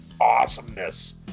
awesomeness